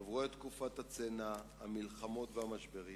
חוו את תקופת הצנע, המלחמות והמשברים,